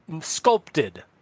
sculpted